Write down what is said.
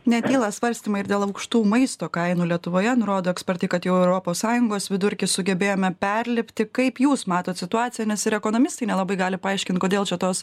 netyla svarstymai ir dėl aukštų maisto kainų lietuvoje nurodo ekspertai kad jau europos sąjungos vidurkį sugebėjome perlipti kaip jūs matot situaciją nes ir ekonomistai nelabai gali paaiškint kodėl čia tos